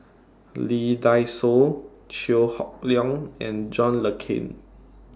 Lee Dai Soh Chew Hock Leong and John Le Cain